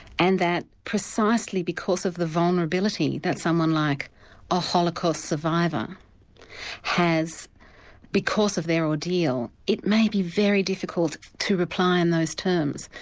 and that precisely because of the vulnerability that someone like a holocaust survivor has because of their ordeal, it may be very difficult to reply in those terms.